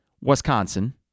wisconsin